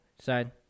side